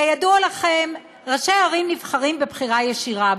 כידוע לכם, ראשי ערים נבחרים בבחירה ישירה.